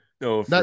No